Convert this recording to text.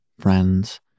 friends